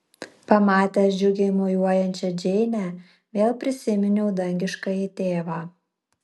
pamatęs džiugiai mojuojančią džeinę vėl prisiminiau dangiškąjį tėvą